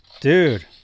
Dude